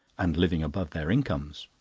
and living above their incomes.